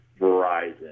Verizon